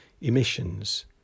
emissions